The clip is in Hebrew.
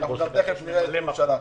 אבל תכף נראה את מי הוא שלח.